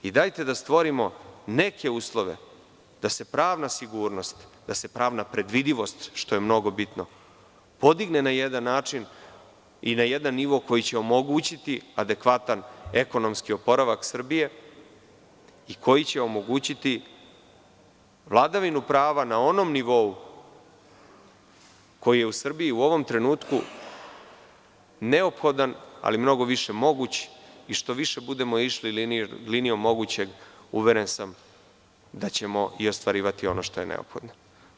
Dajte da stvorimo neke uslove da se pravna sigurnost, da se pravna predvidivost, što je mnogo bitno, podigne na jedan način i na jedan nivo koji će omogućiti adekvatan ekonomski oporavak Srbije i koji će omogućiti vladavinuprava na onom nivou koji je u Srbiji u ovom trenutku neophodan, ali mnogo više moguć išto više budemo išli linijom mogućeg, uveren sam da ćemo i ostvarivati ono što je neophodno.